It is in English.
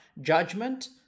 Judgment